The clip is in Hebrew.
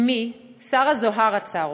אמי, שרה זוהרה צארום,